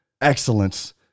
excellence